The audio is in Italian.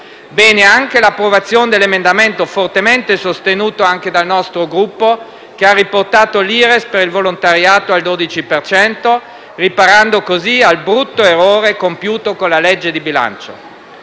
Bene anche l'approvazione dell'emendamento, fortemente sostenuto dal nostro Gruppo, che ha riportato l'Ires per il volontariato al 12 per cento, riparando così al brutto errore compiuto con la legge di bilancio.